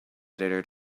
editor